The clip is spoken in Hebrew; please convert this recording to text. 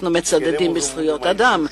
אנחנו מצדדים בזכויות אדם.